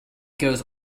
goes